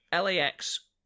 LAX